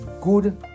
good